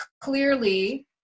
clearly